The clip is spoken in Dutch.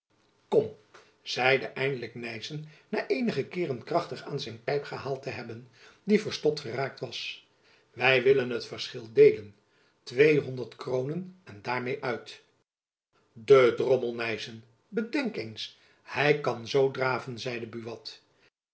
kom zeide eindelijk nyssen na eenige keeren krachtig aan zijn pijp gehaald te hebben die verstopt geraakt was wy willen het verschil deelen tweehonderd kroonen en daarmêe uit de drommel nyssen bedenk eens hy kan zoo draven zeide buat